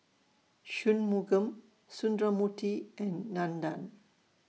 Shunmugam Sundramoorthy and Nandan